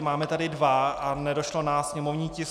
Máme tady dva a nedošlo na sněmovní tisk 156.